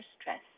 stress